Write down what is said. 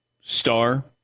star